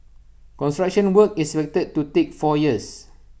construction work is expected to take four years